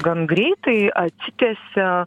gan greitai atsitiesia